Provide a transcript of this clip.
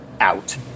out